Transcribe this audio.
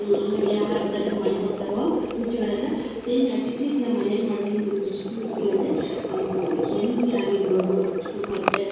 ನಮಗೆ ಆಹಾರ ಪದಾರ್ಥಗಳ್ ಮಾಡಿ ಕೊಡ್ತಾರೊ ರುಚಿಗಳನ್ನ ಸೇಮ್ ಹ್ಯಾಸ್ ಇಟ್ ಇಸ್ ನಮ್ಮ ಮನೆಲಿ ಮಾಡೊದರಿಂದ ನಮಗೆ ಎಷ್ಟು ಯೂಝ್ಫುಲ್ ಅಂದರೆ ಎಲ್ತಿ ಆಗಿರ್ಬೋದು ಮತ್ತು